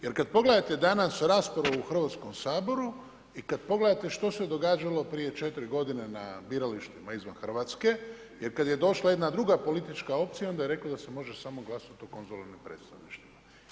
Jer kada pogledate danas raspravu u Hrvatskom saboru i kada pogledate što se događalo prije 4 godine na biralištima izvan Hrvatske, jer kada je došla jedna druga politička opcija onda je rekla da se može samo glasati u konzularnim predstavništvima.